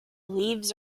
leaves